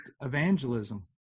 evangelism